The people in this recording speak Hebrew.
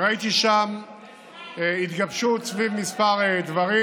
וראיתי שם התגבשות סביב כמה דברים,